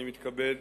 אני מתכבד